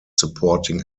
supporting